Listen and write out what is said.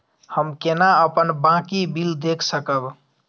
हम केना अपन बाँकी बिल देख सकब?